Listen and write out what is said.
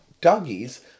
doggies